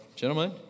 Gentlemen